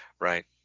Right